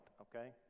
okay